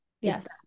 Yes